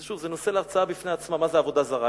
שוב, זה נושא להרצאה בפני עצמה, מה זה עבודה זרה.